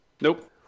Nope